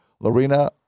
Lorena